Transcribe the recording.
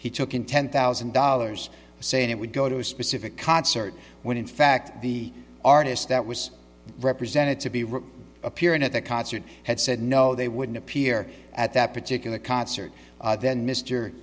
he took in ten thousand dollars saying it would go to a specific concert when in fact the artist that was represented to be rich appearing at that concert had said no they wouldn't appear at that particular concert then mr